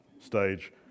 stage